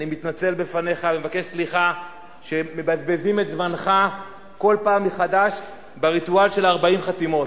אני מתנצל בפניך שמבזבזים את זמנך כל פעם מחדש בריטואל של 40 החתימות: